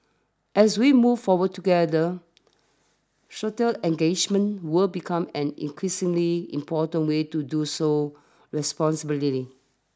as we move forward together engagement will become an increasingly important way to do so responsibly